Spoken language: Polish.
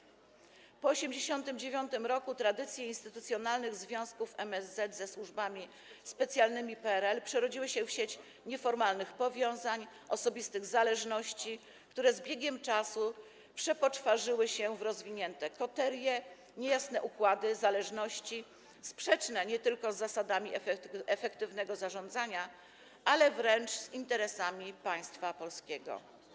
Po 1989 r. tradycje instytucjonalnych związków MSZ ze służbami specjalnymi PRL przerodziły się w sieć nieformalnych powiązań, osobistych zależności, które z biegiem czasu przepoczwarzyły się w rozwinięte koterie, niejasne układy, zależności sprzeczne nie tylko z zasadami efektywnego zarządzania, ale też wręcz z interesami państwa polskiego.